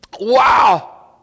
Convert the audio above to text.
Wow